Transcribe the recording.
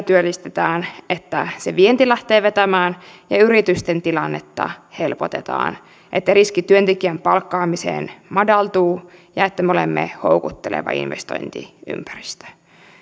työllistetään sillä että se vienti lähtee vetämään ja yritysten tilannetta helpotetaan että riski työntekijän palkkaamiseen madaltuu ja että me olemme houkutteleva investointiympäristö